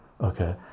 okay